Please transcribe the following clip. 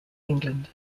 england